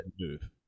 move